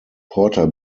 porter